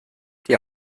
die